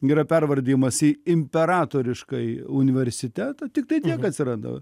yra pervardijamas į imperatoriškąjį universitetą tiktai tiek atsiranda